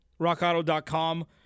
rockauto.com